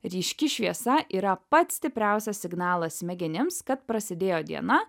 ryški šviesa yra pats stipriausias signalas smegenims kad prasidėjo diena